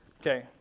Okay